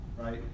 right